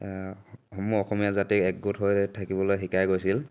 সমূহ অসমীয়া জাতি একগোট হৈ থাকিবলৈ শিকাই গৈছিল